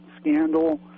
scandal